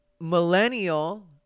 millennial